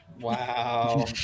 Wow